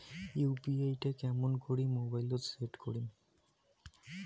UPI টা কেমন করি মোবাইলত সেট করিম?